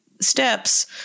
steps